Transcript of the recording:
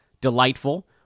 Delightful